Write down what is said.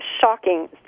shocking